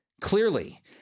Clearly